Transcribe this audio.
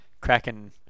cracking